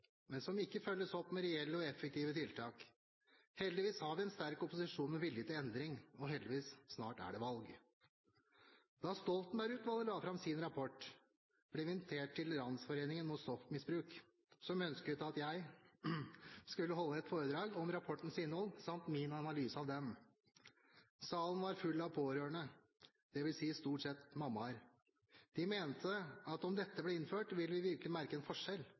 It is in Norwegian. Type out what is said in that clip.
men som ikke følges opp med reelle og effektive tiltak. Heldigvis har vi en sterk opposisjon med vilje til endring. Og heldigvis: Snart er det valg. Da Stoltenberg-utvalget la frem sin rapport, ble jeg invitert til Landsforeningen Mot Stoffmisbruk, som ønsket at jeg skulle holde et foredrag om rapportens innhold samt min analyse av den. Salen var full av pårørende, dvs. stort sett mammaer. De mente at om dette ble innført, ville vi virkelig merke en forskjell,